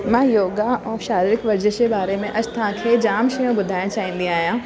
मां योगा ऐं शारीरिक वर्जीश बारे में अॼु तव्हांखे जाम शयूं ॿुधाइणु चाहींदी आहियां